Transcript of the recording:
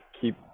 keep